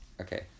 Okay